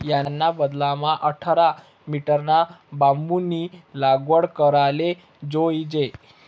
याना बदलामा आठरा मीटरना बांबूनी लागवड कराले जोयजे